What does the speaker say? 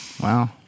Wow